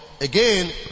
again